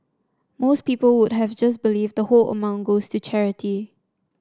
most people would have just believed the whole amount goes the charity